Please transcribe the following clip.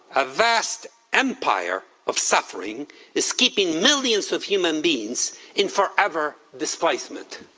a vast empire of suffering is keeping millions of human beings in forever displacement.